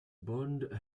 bond